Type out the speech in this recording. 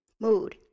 Mood